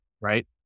right